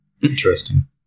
interesting